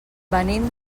venim